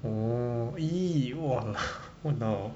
oh !ee! !wah! lao